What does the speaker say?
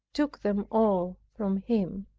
took them all from him.